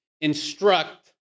instruct